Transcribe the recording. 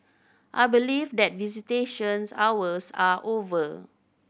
I believe that visitations hours are over